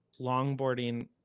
longboarding